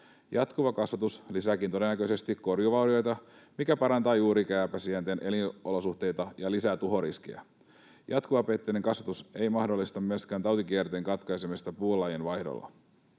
Jatkuva kasvatus lisääkin todennäköisesti korjuuvaurioita, mikä parantaa juurikääpäsienten elinolosuhteita ja lisää tuhoriskiä. Jatkuvapeitteinen kasvatus ei mahdollista myöskään tautikierteen katkaisemista puulajin vaihdolla.